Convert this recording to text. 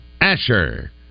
Asher